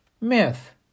Myth